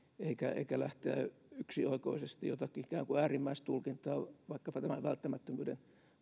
eikä eikä lähteä yksioikoisesti jotakin ikään kuin äärimmäistulkintaa vaikkapa tämän välttämättömyyden